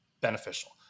beneficial